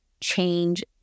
change